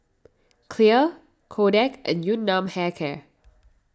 Clear Kodak and Yun Nam Hair Care